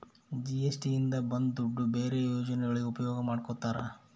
GST ಇಂದ ಬಂದ್ ದುಡ್ಡು ಬೇರೆ ಯೋಜನೆಗಳಿಗೆ ಉಪಯೋಗ ಮಾಡ್ಕೋತರ